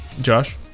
Josh